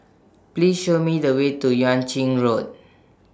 Please Show Me The Way to Yuan Ching Road